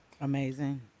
Amazing